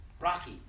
Rocky